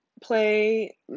play